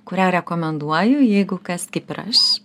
kurią rekomenduoju jeigu kas kaip ir aš